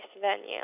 venue